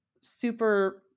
super